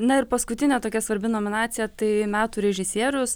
na ir paskutinė tokia svarbi nominacija tai metų režisierius